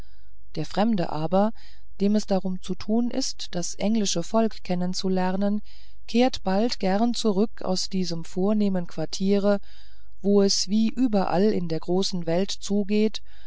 der fremde aber dem es darum zu tun ist das englische volk kennen zu lernen kehrt bald gern zurück aus diesem vornehmen quartiere wo es wie überall in der großen welt zugeht